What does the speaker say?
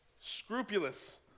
scrupulous